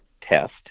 test